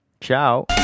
Ciao